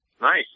Nice